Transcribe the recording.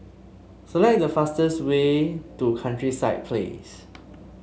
select the fastest way to Countryside Place